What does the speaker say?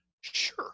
Sure